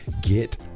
get